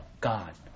God